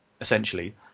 essentially